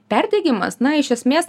perdegimas na iš esmės